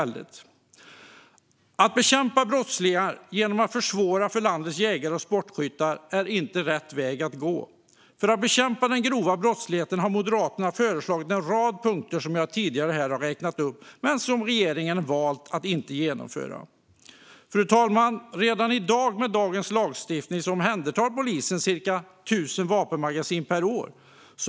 Att bekämpa brottslingar genom att försvåra för landets jägare och sportskyttar är inte rätt väg att gå. För att bekämpa den grova brottligheten har Moderaterna föreslagit en rad punkter som jag tidigare har räknat upp här men som regeringen valt att inte genomföra. Fru talman! Redan i dag, med dagens lagstiftning, omhändertar polisen ca 1 000 vapenmagasin per år.